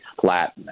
Flat